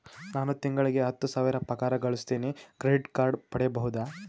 ನಾನು ತಿಂಗಳಿಗೆ ಹತ್ತು ಸಾವಿರ ಪಗಾರ ಗಳಸತಿನಿ ಕ್ರೆಡಿಟ್ ಕಾರ್ಡ್ ಪಡಿಬಹುದಾ?